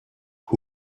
who